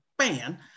fan